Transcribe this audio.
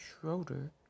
Schroeder